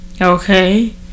Okay